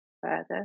further